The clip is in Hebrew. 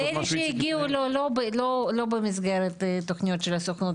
ואלה שהגיעו לא במסגרת תוכניות של הסוכנות,